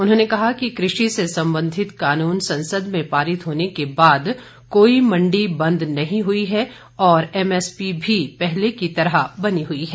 उन्होंने कहा कि कृषि से संबंधित कानून संसद में पारित होने के बाद कोई मंडी बंद नहीं हुई है और एमएसपी भी पहले की तरह बनी हुई है